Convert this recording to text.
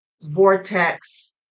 vortex